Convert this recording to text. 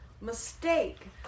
mistake